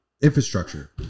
infrastructure